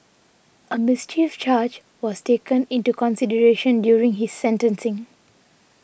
a mischief charge was taken into consideration during his sentencing